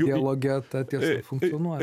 dialoge ta tiesa funkcionuoja